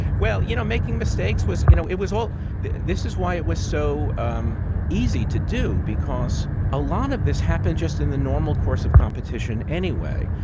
well, you know, making mistakes was you know, it was all this is why it was so um easy to do, because a lot of this happened just in the normal course of competition anyway.